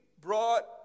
brought